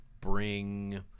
bring